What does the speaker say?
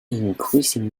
increasing